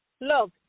Look